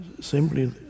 simply